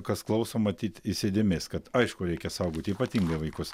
kas klauso matyt įsidėmės kad aišku reikia saugoti ypatingai vaikus